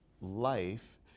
life